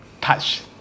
Touch